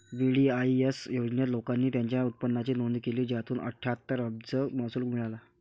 VDIS योजनेत, लोकांनी त्यांच्या उत्पन्नाची नोंद केली, ज्यातून अठ्ठ्याहत्तर अब्ज महसूल मिळाला